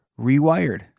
rewired